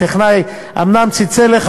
הטכנאי אומנם צלצל אליך,